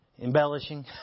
embellishing